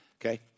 Okay